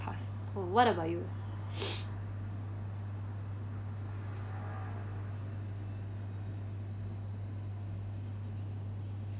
past what about you